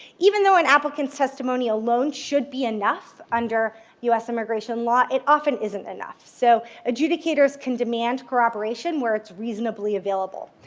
even though an applicant's testimony alone should be enough under us immigration law, it often isn't enough. so adjudicators can demand corroboration where it's reasonably available.